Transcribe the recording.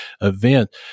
event